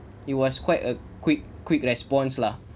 it was quite a quick quick response lah